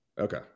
Okay